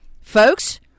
Folks